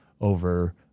over